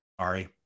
sorry